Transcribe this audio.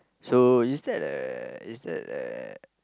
so is that uh is that uh